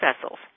vessels